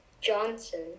Johnson